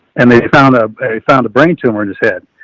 and they found, ah, a, found a brain tumor to his head.